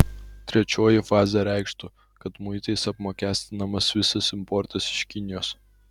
trečioji fazė reikštų kad muitais apmokestinamas visas importas iš kinijos